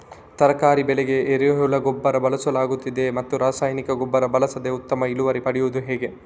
ತರಕಾರಿ ಬೆಳೆಗೆ ಎರೆಹುಳ ಗೊಬ್ಬರ ಬಳಸಲಾಗುತ್ತದೆಯೇ ಮತ್ತು ರಾಸಾಯನಿಕ ಗೊಬ್ಬರ ಬಳಸದೆ ಉತ್ತಮ ಇಳುವರಿ ಪಡೆಯುವುದು ಹೇಗೆ?